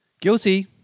Guilty